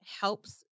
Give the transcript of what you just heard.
helps